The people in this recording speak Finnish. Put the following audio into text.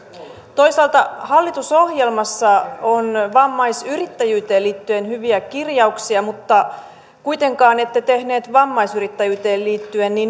toisaalta hallitusohjelmassa on vammaisyrittäjyyteen liittyen hyviä kirjauksia mutta kuitenkaan ette tehneet vammaisyrittäjyyteen liittyen